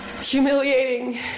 humiliating-